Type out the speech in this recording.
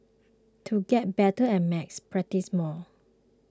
to get better at maths practise more